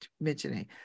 mentioning